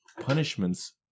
Punishments